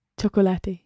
chocolate